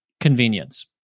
convenience